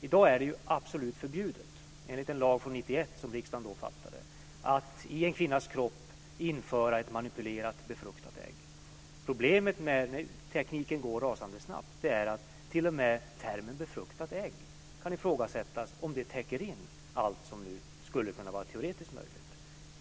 Enligt en lag från 1991, som riksdagen då fattade beslut om, är det absolut förbjudet att i en kvinnas kropp införa ett manipulerat befruktat ägg. Problemet är att utvecklingen av den här tekniken går rasande snabbt. T.o.m. termen befruktat ägg kan ifrågasättas om det täcker in allt som skulle kunna vara teoretiskt möjligt.